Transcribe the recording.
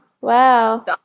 Wow